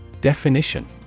Definition